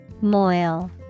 Moil